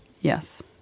Yes